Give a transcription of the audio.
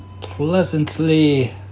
pleasantly